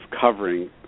covering